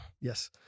Yes